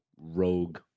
rogue